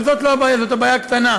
אבל זאת לא הבעיה, זאת הבעיה הקטנה.